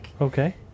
Okay